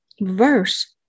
Verse